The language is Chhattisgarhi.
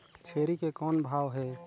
छेरी के कौन भाव हे?